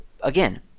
again